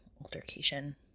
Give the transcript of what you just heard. altercation